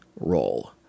role